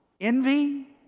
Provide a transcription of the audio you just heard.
envy